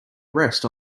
rest